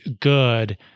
good